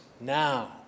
now